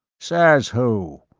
says who?